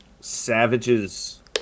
Savage's